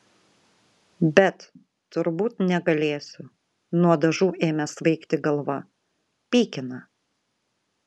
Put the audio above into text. bet turbūt negalėsiu nuo dažų ėmė svaigti galva pykina